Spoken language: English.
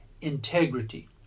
integrity